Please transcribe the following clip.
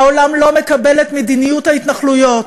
העולם אינו מקבל את מדיניות ההתנחלויות.